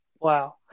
Wow